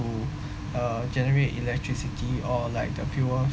to uh generate electricity or like the fuel